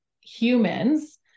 humans